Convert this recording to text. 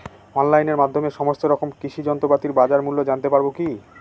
অনলাইনের মাধ্যমে সমস্ত রকম কৃষি যন্ত্রপাতির বাজার মূল্য জানতে পারবো কি?